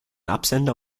absender